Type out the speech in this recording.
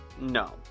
No